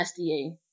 SDA